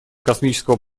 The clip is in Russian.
космического